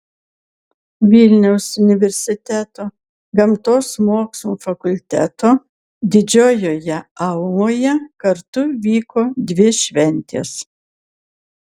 vilniaus universiteto gamtos mokslų fakulteto didžiojoje auloje kartu vyko dvi šventės